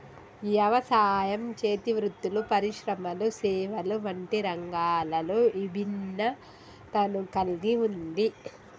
యవసాయం, చేతి వృత్తులు పరిశ్రమలు సేవలు వంటి రంగాలలో ఇభిన్నతను కల్గి ఉంది